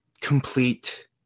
complete